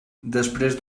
després